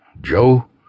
Joe